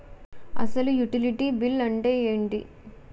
అసలు utility bill అంతే ఎంటి?